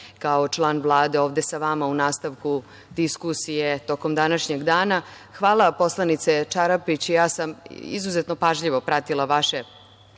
kao član Vlade ovde sa vama u nastavku diskusije tokom današnjeg dana. Hvala poslanice Čarapić, ja sam izuzetno pažljivo pratila vaše